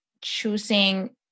choosing